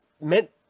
meant